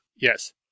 Yes